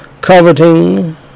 coveting